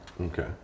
Okay